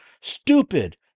stupid